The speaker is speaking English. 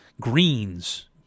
greens